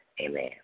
Amen